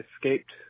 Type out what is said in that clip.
escaped